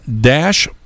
dash